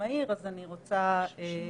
כשאנחנו כבר קיבלנו.